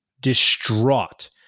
distraught